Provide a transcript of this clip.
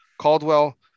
Caldwell